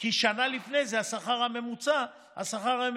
כי שנה לפני זה השכר הממוצע היה